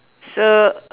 so